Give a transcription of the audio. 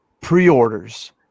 pre-orders